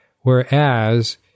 Whereas